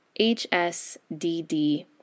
HSDD